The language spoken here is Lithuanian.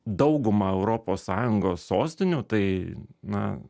daugumą europos sąjungos sostinių tai na